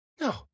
No